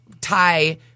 tie